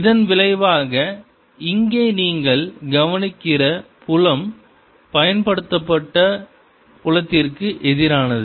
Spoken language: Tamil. இதன் விளைவாக இங்கே நீங்கள் கவனிக்கிற புலம் பயன்படுத்தப்பட்ட புலத்திற்கு எதிரானது